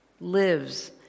lives